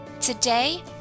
Today